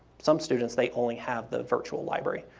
some students they only have the virtual library.